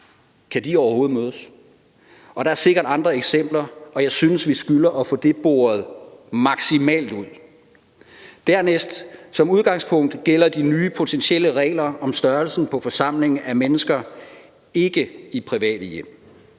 barn, overhovedet mødes? Der er sikkert andre eksempler, og jeg synes, vi skylder at få det boret maksimalt ud. Dernæst gælder de nye potentielle regler om størrelsen på forsamlinger af mennesker som udgangspunkt ikke i private hjem.